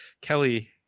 Kelly